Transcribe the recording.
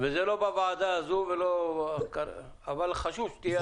זה לא בוועדה הזאת, אבל חשוב שתהיה התאמה.